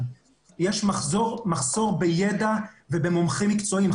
שלרשויות מקומיות יש מחסור בידע ובמומחים מקצועיים.